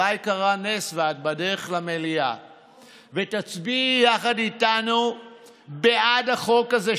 אולי קרה נס ואת בדרך למליאה ותצביעי יחד איתנו בעד החוק הזה,